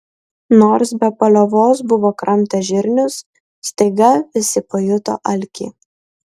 nors be paliovos buvo kramtę žirnius staiga visi pajuto alkį